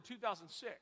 2006